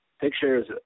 pictures